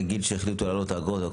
נגיד שהחליטו להעלות את האגרות,